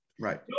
Right